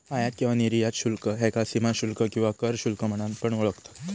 आयात किंवा निर्यात शुल्क ह्याका सीमाशुल्क किंवा कर शुल्क म्हणून पण ओळखतत